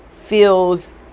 feels